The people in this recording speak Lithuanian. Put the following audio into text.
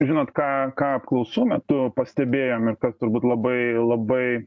žinot ką ką apklausų metu pastebėjome kas turbūt labai labai